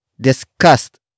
disgust